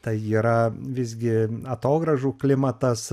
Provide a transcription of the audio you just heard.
tai yra visgi atogrąžų klimatas